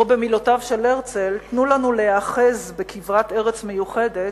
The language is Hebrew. או במילותיו של הרצל: "תנו לנו להיאחז בכברת ארץ מיוחדת